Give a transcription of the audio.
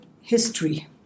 history